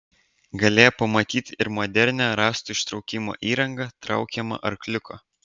galėjo pamatyti ir modernią rąstų ištraukimo įrangą traukiamą arkliuko